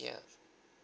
ya